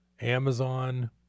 Amazon